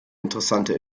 interessante